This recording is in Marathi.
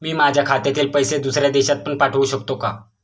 मी माझ्या खात्यातील पैसे दुसऱ्या देशात पण पाठवू शकतो का?